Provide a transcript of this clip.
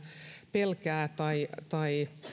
pelkää tai